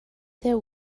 there